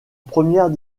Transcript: première